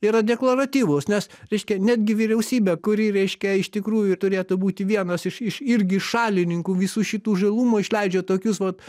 yra deklaratyvus nes reiškia netgi vyriausybė kuri reiškia iš tikrųjų turėtų būti vienas iš iš irgi šalininkų visų šitų žalumų išleidžia tokius vat